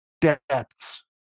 depths